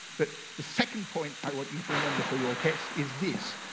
but the second point i want you to remember for your test is this,